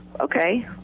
Okay